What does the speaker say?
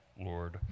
Lord